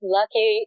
lucky